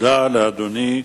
תודה לאדוני.